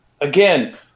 Again